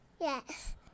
Yes